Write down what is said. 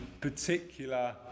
particular